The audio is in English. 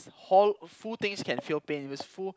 hall full things can feel pain if it's full